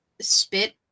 spit